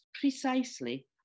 precisely